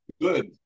Good